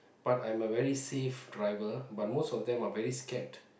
but I'm a very safe driver but most of them are very scared